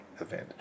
event